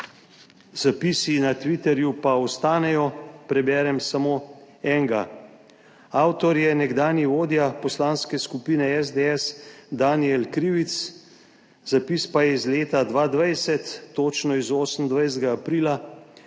zapisi na Twitterju pa ostanejo, preberem samo enega. Avtor je nekdanji vodja Poslanske skupine SDS Danijel Krivec, zapis pa je iz leta 2020, točno z 28. aprila,